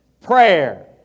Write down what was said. Prayer